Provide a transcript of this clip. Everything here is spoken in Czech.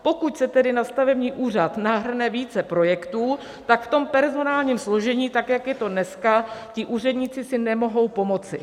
Pokud se tedy na stavební úřad nahrne více projektů, tak v tom personálním složení, tak jak je to dneska, si ti úředníci nemohou pomoci.